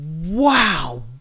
Wow